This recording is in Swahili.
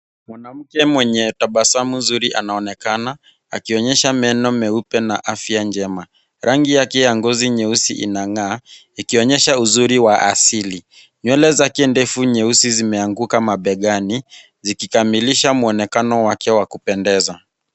Mwanamke mwenye tabasamu zuri anaonekana akionyesha meno meupe na afya njema .Rangi yake nyeusi inangaa ikionyesha uzuri wa asili. Nywele zake ndefu nyeusi zimeanguka mabegani, zikikamilisha muonekano wake wa kupendeza.